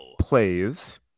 plays